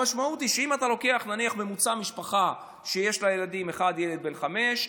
המשמעות היא שאם אתה לוקח ממוצע של משפחה שיש לה ילד בן 5,